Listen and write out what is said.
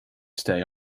stay